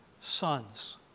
sons